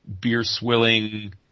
beer-swilling